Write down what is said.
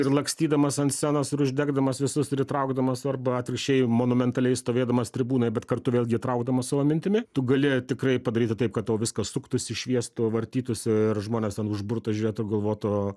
ir lakstydamas ant scenos ir uždegdamas visus ir įtraukdamas arba atvirkščiai monumentaliai stovėdamas tribūnoj bet kartu vėlgi traukdamas savo mintimi tu gali tikrai padaryti taip kad tau viskas suktųsi šviestų vartytųsi ir žmones ten užburtų žiūrėtų galvotų